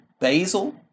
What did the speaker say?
basil